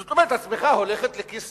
זאת אומרת, הצמיחה הולכת לכיס